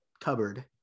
cupboard